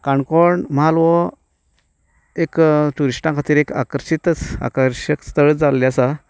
काणकोण म्हाल हो एक ट्युरिस्टां खातीर एक आकर्शीक आकर्शक स्थळ जाल्लें आसा